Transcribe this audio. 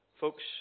Folks